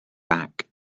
back